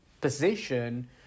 position